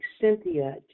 Cynthia